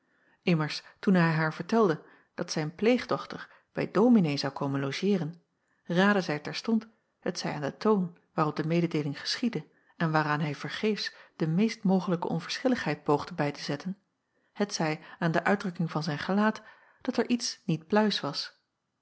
immers toen hij haar vertelde dat zijn pleegdochter bij dominee zou komen logeeren raadde zij terstond t zij aan den toon waarop de mededeeling geschiedde en waaraan hij vergeefs de meest mogelijke onverschilligheid poogde bij te zetten t zij aan de uitdrukking van zijn gelaat dat er iets niet pluis was